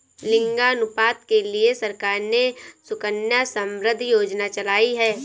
लिंगानुपात के लिए सरकार ने सुकन्या समृद्धि योजना चलाई है